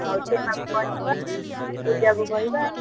ହଉ ସୀମାକୁ କହିଦେବା ପୂଜାକୁ କହିବା